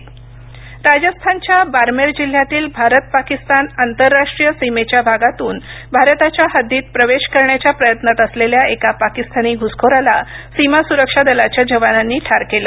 घुसखोर राजस्थानच्या बारमेर जिल्ह्यातील भारत पाकिस्तान आंतरराष्ट्रीय सीमेच्या भागातून भारताच्या हद्दीत प्रवेश करण्याच्या प्रयत्नात असलेल्या एका पाकिस्तानी घुसखोराला सीमा सुरक्षा दलाच्या जवानांनी ठार केलं